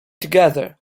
together